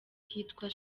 kitwa